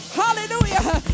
hallelujah